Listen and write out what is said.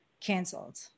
canceled